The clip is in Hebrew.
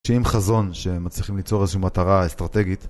שעם חזון שהם מצליחים ליצור איזושהי מטרה אסטרטגית